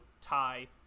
tie